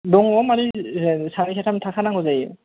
दङ माने ओ सानै साथाम थाखानांगौ जायो